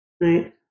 Right